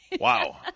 Wow